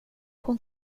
hon